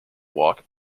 walk